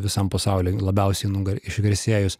visam pasauly labiausiai nu gar išgarsėjus